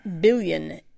billion